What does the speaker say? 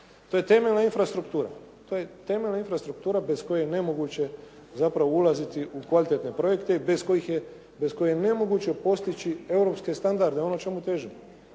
To je temeljna infrastruktura bez koje je nemoguće zapravo ulaziti u kvalitetne projekte i bez koje je nemoguće postići europske standarde, ono čemu težimo.